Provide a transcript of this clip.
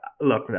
look